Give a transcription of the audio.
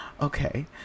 Okay